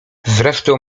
zresztą